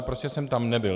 Prostě jsem tam nebyl.